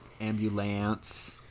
ambulance